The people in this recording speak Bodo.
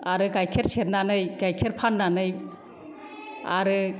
आरो गाइखेर सेरनानै गाइखोर फान्नानै आरो